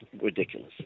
Ridiculous